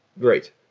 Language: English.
Great